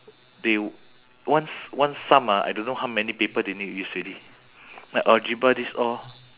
they one s~ one sum ah I don't know how many paper they need use already like algebra this all